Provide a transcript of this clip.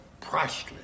priceless